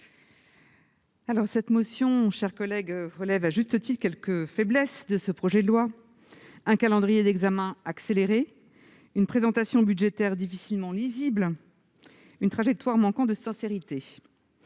de cette motion relèvent à juste titre les faiblesses du projet de loi : un calendrier d'examen accéléré, une présentation budgétaire difficilement lisible, une trajectoire manquant de sincérité.